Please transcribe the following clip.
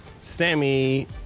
Sammy